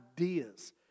ideas